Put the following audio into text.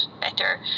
better